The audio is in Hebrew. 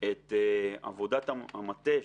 את עבודת המטה,